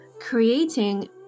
creating